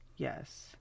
Yes